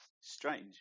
strange